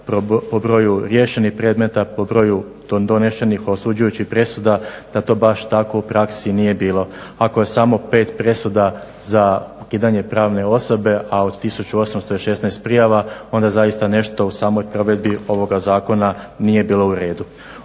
po broju riješenih predmeta, po broju donesenih osuđujućih presuda da to baš tako u praksi nije bilo. Ako je samo 5 presuda za ukidanje pravne osobe, a od 1816 prijava onda zaista nešto u samoj provedbi ovoga zakona nije bilo u redu.